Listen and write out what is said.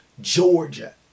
Georgia